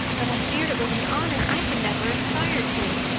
but i feared it was an honor i could never aspire to.